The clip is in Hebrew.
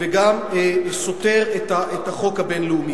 וגם סותר את החוק הבין-לאומי.